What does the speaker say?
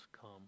come